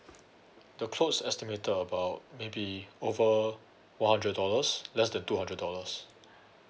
the clothes estimated about maybe over one hundred dollars less than two hundred dollars